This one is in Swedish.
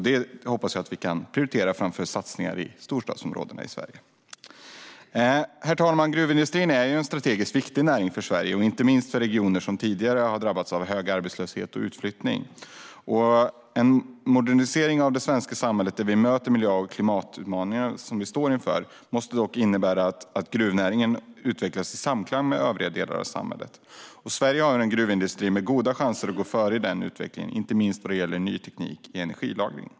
Jag hoppas att vi kan prioritera detta framför satsningar i storstadsområdena i Sverige. Herr talman! Gruvindustrin är en strategiskt viktig näring för Sverige, inte minst i regioner som tidigare drabbats av hög arbetslöshet och utflyttning. En modernisering av det svenska samhället, där vi möter de miljö och klimatutmaningar vi står inför, måste dock innebära att gruvnäringen utvecklas i samklang med övriga delar av samhället. Sverige har en gruvindustri med goda chanser att gå före i den utvecklingen, inte minst vad gäller ny teknik för energilagring.